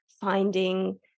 finding